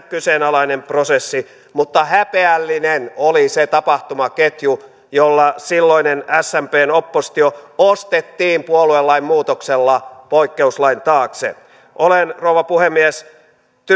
kyseenalainen prosessi mutta häpeällinen oli se tapahtumaketju jolla silloinen smpn oppositio ostettiin puoluelain muutoksella poikkeuslain taakse olen rouva puhemies